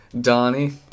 Donnie